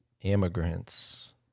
immigrants